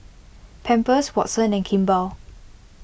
Pampers Watsons and Kimball